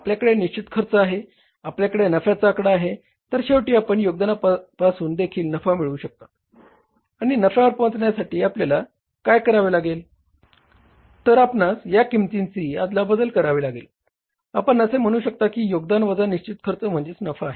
आपल्याकडे निश्चित खर्च आहे आपल्याकडे नफ्याचा आकडा आहे तर शेवटी आपण योगदाना पासून देखील नफा मिळवू शकता आणि नफ्यावर पोहचण्यासाठी आपल्याला काय करावे लागेल तर आपणास या किंमतींची अदलाबदल करावी लागेल आपण असे म्हणू शकता की योगदान वजा निश्चित खर्च म्हणजे नफा आहे